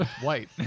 white